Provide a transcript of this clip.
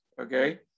okay